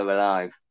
alive